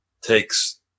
takes